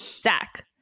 Zach